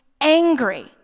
angry